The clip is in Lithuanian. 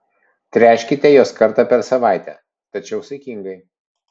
tręškite juos kartą per savaitę tačiau saikingai